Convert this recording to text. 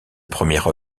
première